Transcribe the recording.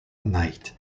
knight